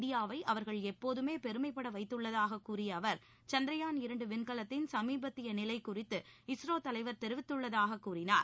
இந்தியாவை அவர்கள் எப்போதுமே பெருமைப்பட வைத்துள்ளதாக கூறிய அவர் சந்திரயான் இரண்டு விண்கலத்தின் சமீபத்திய நிலை குறித்து இஸ்ரோ தலைவர் தெரிவித்துள்ளதாக கூறினார்